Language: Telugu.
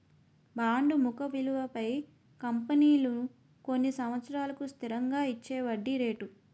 బాండు ముఖ విలువపై కంపెనీలు కొన్ని సంవత్సరాలకు స్థిరంగా ఇచ్చేవడ్డీ రేటు